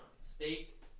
Steak